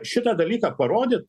šitą dalyką parodyt